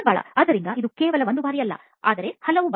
ಬಾಲಾಆದ್ದರಿಂದ ಇದು ಕೇವಲ ಒಂದು ಬಾರಿ ಅಲ್ಲ ಆದರೆ ಹಲವು ಬಾರಿ